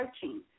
searching